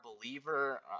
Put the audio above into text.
believer